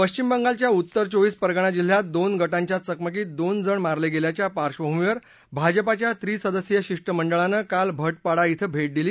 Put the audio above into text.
पश्चिम बंगालच्या उत्तर चोवीस परगणा जिल्ह्यात दोन गटांच्या चकमकीत दोन जण मारले गेल्याच्या पार्श्वभूमीवर भाजपाच्या त्रिसदस्यीय शिष्टमंडळानं काल भटपाडा ध्वें भेट दिली